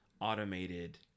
automated